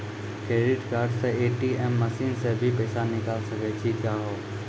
Credit card से ATM machine से भी पैसा निकल सकै छि का हो?